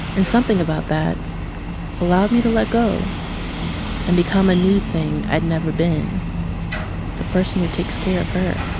and something about that allowed me to let go and become a new thing i had never been the person who takes care of her